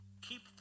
keep